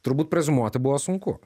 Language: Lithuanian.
turbūt preziumuoti buvo sunku